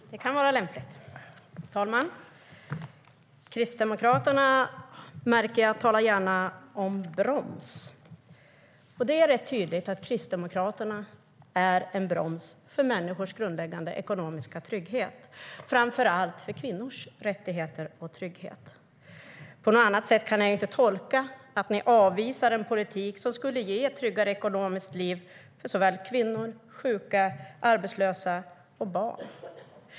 Herr talman! Jag märker att Kristdemokraterna gärna talar gärna om broms. Det är rätt tydligt att Kristdemokraterna är en broms för människors grundläggande ekonomiska trygghet, framför allt för kvinnors rättigheter och trygghet. På något annat sätt kan jag inte tolka att ni avvisar en politik som skulle ge tryggare ekonomiskt liv för kvinnor, sjuka, arbetslösa och barn.